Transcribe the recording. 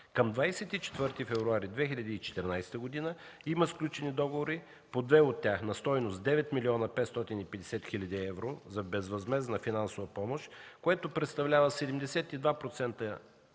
Към 24 февруари 2014 г. има сключени договори по две от тях на стойност 9 млн. 550 хил. евро за безвъзмездна финансова помощ, което представлява 72,38%